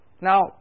Now